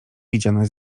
widziane